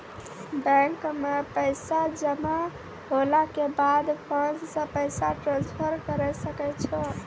bank मे पैसा जमा होला के बाद फोन से पैसा ट्रांसफर करै सकै छौ